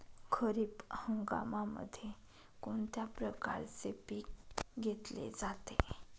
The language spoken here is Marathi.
खरीप हंगामामध्ये कोणत्या प्रकारचे पीक घेतले जाते?